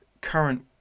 current